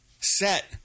set